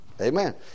Amen